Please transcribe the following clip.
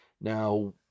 Now